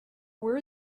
were